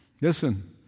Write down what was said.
Listen